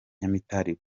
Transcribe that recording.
nyamitari